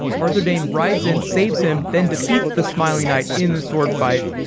arthur dayne rides in, saves him, then defeats the smiling knight in the swordfight.